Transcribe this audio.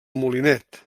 molinet